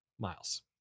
Miles